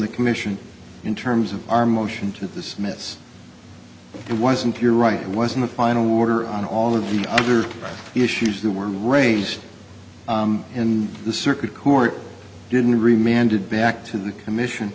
the commission in terms of our motion to dismiss it wasn't your right it wasn't a final order on all of the other issues that were raised in the circuit court didn't agree man did back to the commission